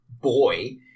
boy